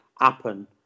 happen